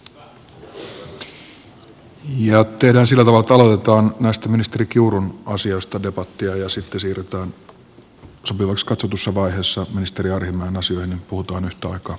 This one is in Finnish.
tehdään sillä tavalla että aloitetaan näistä ministeri kiurun asioista debattia ja sitten siirrytään sopivaksi katsotussa vaiheessa ministeri arhinmäen asioihin niin puhutaan yhtä aikaa samoista aiheista